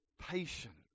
patience